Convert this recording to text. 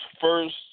first